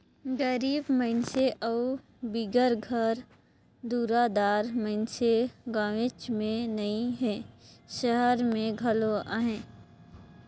गरीब मइनसे अउ बिगर घर दुरा दार मइनसे गाँवेच में नी हें, सहर में घलो अहें